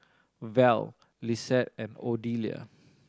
val Lissette and Odelia